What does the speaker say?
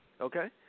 Okay